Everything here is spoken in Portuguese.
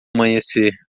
amanhecer